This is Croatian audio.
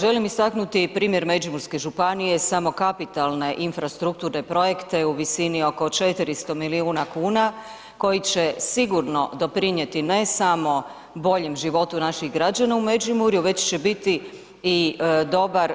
Želim istaknuti primjer Međimurske županije, samo kapitalne infrastrukturne projekte u visini oko 400 milijuna kuna koji će sigurno doprinjeti ne samo boljem životu naših građana u Međimurju, već će biti i dobar,